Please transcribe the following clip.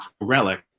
relic